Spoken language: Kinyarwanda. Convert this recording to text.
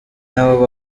nabo